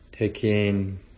taking